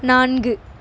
நான்கு